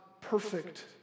perfect